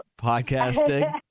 Podcasting